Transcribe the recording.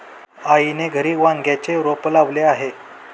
आईने घरी वांग्याचे रोप लावले आहे